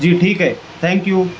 جی ٹھیک ہے thank you